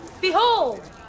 Behold